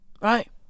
Right